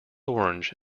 orange